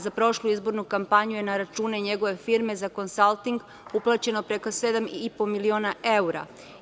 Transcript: Za prošlu izbornu kampanju je na račune njegove firme za konsalting uplaćeno preko 7,5 miliona evra.